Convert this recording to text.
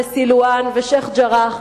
סילואן ושיח'-ג'ראח,